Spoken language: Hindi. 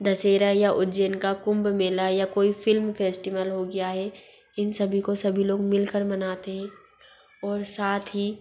दशहरा या उज्जैन का कुंभ मेला या कोई फ़िल्म फ़ेस्टिंवल हो गया है इन सभी को सभी लोग मिल कर मनाते हैं और साथ ही